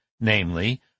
namely